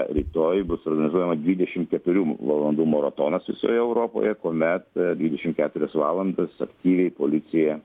rytoj bus organizuojama dvidešim keturių valandų maratonas visoje europoje kuomet dvidešim keturias valandas aktyviai policija